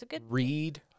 read